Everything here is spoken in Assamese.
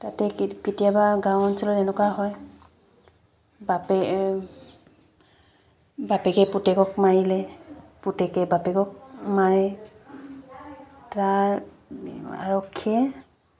তাতে কেতিয়াবা গাঁও অঞ্চলত এনেকুৱা হয় বাপেকে পুতেকক মাৰিলে পুতেকে বাপেকক মাৰে তাৰ আৰক্ষীয়ে